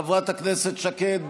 חברת הכנסת שקד,